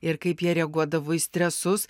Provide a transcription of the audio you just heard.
ir kaip jie reaguodavo į stresus